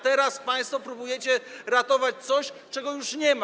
Teraz państwo próbujecie ratować coś, czego już nie ma.